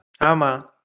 Ama